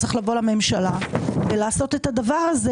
הוא צריך לבוא לממשלה ולעשות את הדבר הזה